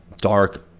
dark